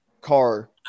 car